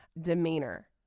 demeanor